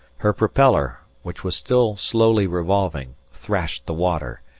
her propeller, which was still slowly revolving, thrashed the water,